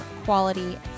quality